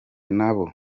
nabo